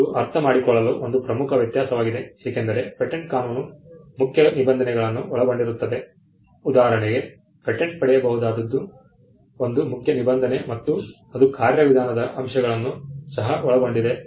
ಇದು ಅರ್ಥಮಾಡಿಕೊಳ್ಳಲು ಒಂದು ಪ್ರಮುಖ ವ್ಯತ್ಯಾಸವಾಗಿದೆ ಏಕೆಂದರೆ ಪೇಟೆಂಟ್ ಕಾನೂನು ಮುಖ್ಯ ನಿಬಂಧನೆಗಳನ್ನು ಒಳಗೊಂಡಿರುತ್ತದೆ ಉದಾಹರಣೆಗೆ ಪೇಟೆಂಟ್ ಪಡೆಯಬಹುದಾದದ್ದು ಒಂದು ಮುಖ್ಯ ನಿಬಂಧನೆ ಮತ್ತು ಇದು ಕಾರ್ಯವಿಧಾನದ ಅಂಶಗಳನ್ನು ಸಹ ಒಳಗೊಂಡಿದೆ